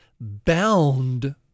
bound